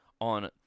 on